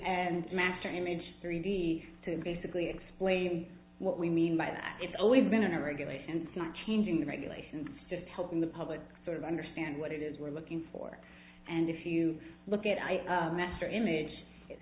and master image three d to basically explain what we mean by that it's always been a regulation not changing the regulations just helping the public sort of understand what it is we're looking for and if you look at master image it